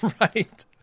Right